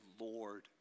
Lord